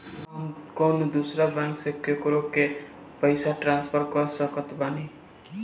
का हम कउनों दूसर बैंक से केकरों के पइसा ट्रांसफर कर सकत बानी?